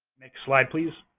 next slide, please.